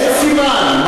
איזה סימן?